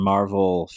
Marvel